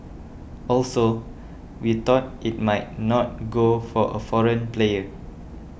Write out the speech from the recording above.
also we thought it might not go for a foreign player